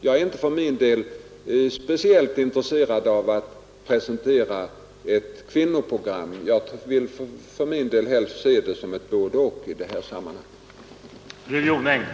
Jag är inte för min del speciellt intresserad av att presentera ett kvinnoprogram — jag vill helst se det som ett både-och i det här sammanhanget.